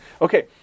Okay